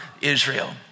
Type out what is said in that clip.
Israel